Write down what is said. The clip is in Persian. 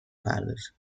بپردازید